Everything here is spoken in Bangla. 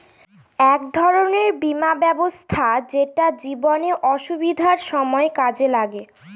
এক ধরনের বীমা ব্যবস্থা যেটা জীবনে অসুবিধার সময় কাজে লাগে